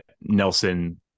Nelson